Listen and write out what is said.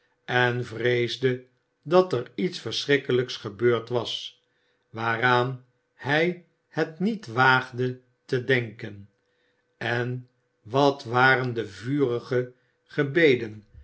en vreesde dat er iets verschrikkelijks gebeurd was waaraan hij het niet waagde te denken en wat waren de vurige gebeden